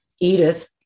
Edith